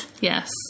Yes